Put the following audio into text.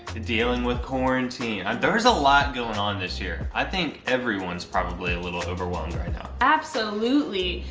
dealing with quarantine. there's a lot going on this year. i think everyone is probably a little overwhelmed right now. absolutely.